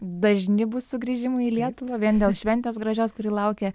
dažni bus sugrįžimai į lietuvą vien dėl šventės gražios kuri laukia